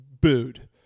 booed